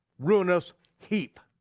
ruinous heap.